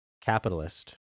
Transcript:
Capitalist